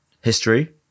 history